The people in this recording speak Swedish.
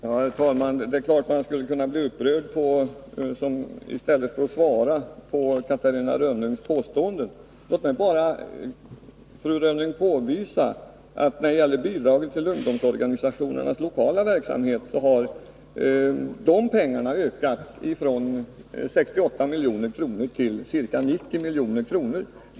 Herr talman! Det är klart att man skulle kunna bli upprörd i stället för att bemöta Catarina Rönnungs påstående. Men låt mig bara, fru Rönnung, påvisa att bidraget till ungdomsorganisationernas lokala verksamhet har ökat från 68 milj.kr. till ca 90 milj.kr.